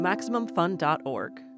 MaximumFun.org